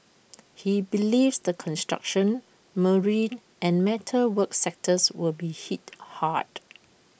he believes the construction marine and metal work sectors will be hit hard